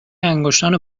انگشتان